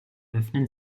öffnen